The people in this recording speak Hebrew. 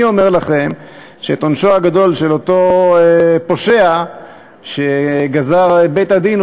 אני אומר לכם שאת עונשו הגדול של אותו פושע שגזר בית-הדין,